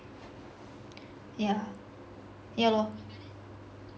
yeah yeah lor